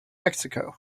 mexico